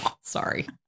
sorry